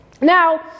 Now